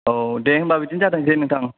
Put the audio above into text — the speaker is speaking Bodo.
औ दे होमबा बिदिनो जाथोंसै नोंथां